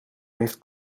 heeft